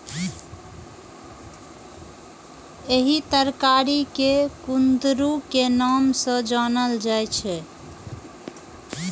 एहि तरकारी कें कुंदरू के नाम सं जानल जाइ छै